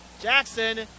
Jackson